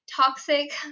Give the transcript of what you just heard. toxic